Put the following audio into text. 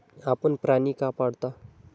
आपण प्राणी का पाळता?